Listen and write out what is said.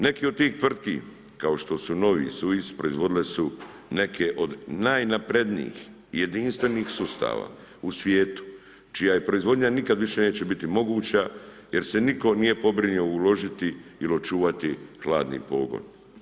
Neki od tih tvrtki kao što su Novi SUIS proizvodile su neke od najnaprednijih jedinstvenih sustava u svijetu čija proizvodnja nikad više neće biti moguća jer se nitko nije pobrinuo uložiti ili očuvati hladni pogon.